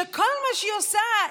שכל מה שהיא עושה,